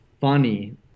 funny